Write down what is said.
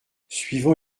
suivant